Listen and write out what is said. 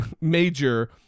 major